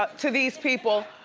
but to these people.